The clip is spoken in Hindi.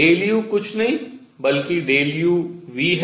ΔU कुछ नहीं बल्कि ΔuV है